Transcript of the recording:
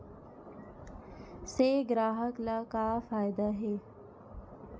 से ग्राहक ला का फ़ायदा हे?